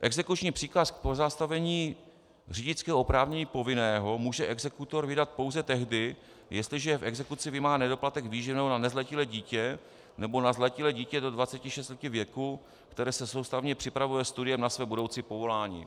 Exekuční příkaz k pozastavení řidičského oprávnění povinného může exekutor vydat pouze tehdy, jestliže je v exekuci vymáhán nedoplatek výživného na nezletilé dítě nebo na zletilé dítě do 26 let věku, které se soustavně připravuje studiem na své budoucí povolání.